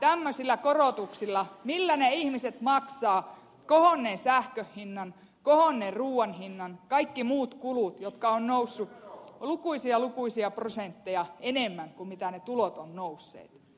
millä tämmöisillä korotuksilla ne ihmiset maksavat kohonneen sähkön hinnan kohonneen ruuan hinnan kaikki muut kulut jotka ovat nousseet lukuisia lukuisia prosentteja enemmän kuin mitä ne tulot ovat nousseet